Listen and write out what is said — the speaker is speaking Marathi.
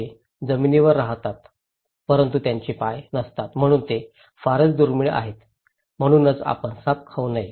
ते जमिनीवर राहतात परंतु त्यांचे पाय नसतात म्हणूनच हे फारच दुर्मिळ आहे म्हणूनच आपण साप खाऊ नये